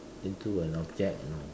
into an object you know